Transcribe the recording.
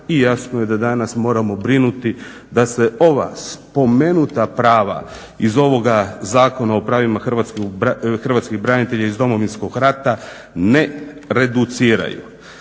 i jasno je da danas moramo brinuti da se ova spomenuta prava iz ovoga Zakona o pravima hrvatskih branitelja iz Domovinskog rata ne reduciraju.